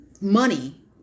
money